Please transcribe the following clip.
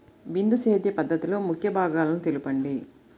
బిందు సేద్య పద్ధతిలో ముఖ్య భాగాలను తెలుపండి?